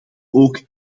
ook